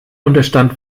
unterstand